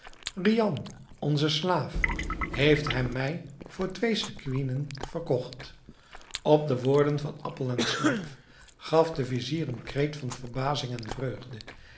rihan onze slaaf heeft hem mij voor twee sequinen verkocht op de woorden van appel en slaaf gaf de vizier een kreet van verbazing en vreugde